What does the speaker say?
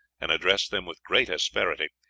and addressed them with great asperity,